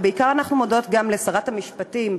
ובעיקר אנחנו מודות גם לשרת המשפטים,